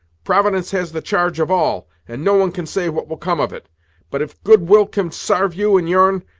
providence has the charge of all, and no one can say what will come of it but, if good-will can sarve you and your'n,